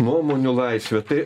nuomonių laisvė tai